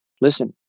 Listen